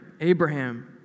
Abraham